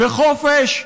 בחופש,